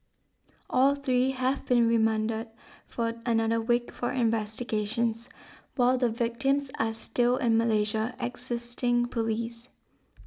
all three have been remanded for another week for investigations while the victims are still in Malaysia assisting police